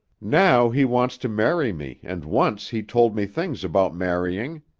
now he wants to marry me and once he told me things about marrying.